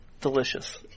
delicious